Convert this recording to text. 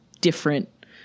different